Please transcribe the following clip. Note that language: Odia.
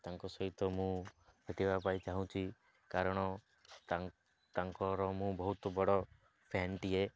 ତାଙ୍କ ସହିତ ମୁଁ ଭେଟିବା ପାଇଁ ଚାହୁଁଛି କାରଣ ତା' ତାଙ୍କର ମୁଁ ବହୁତ ବଡ଼ ଫ୍ୟାନ୍ଟିଏ